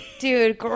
Dude